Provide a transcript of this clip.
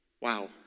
Wow